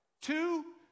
Two